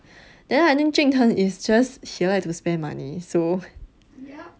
then I think jun tng is just he like to spend money so